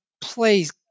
Please